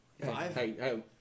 Five